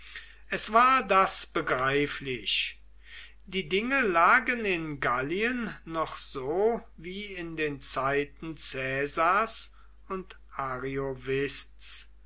es war das begreiflich die dinge lagen in gallien noch so wie in den zeiten caesars und